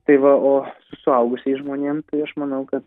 tai va o su suaugusiais žmonėm tai aš manau kad